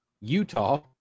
Utah